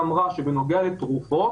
בנוגע לתרופות